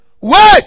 wait